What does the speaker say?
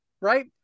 right